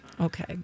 Okay